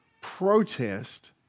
protest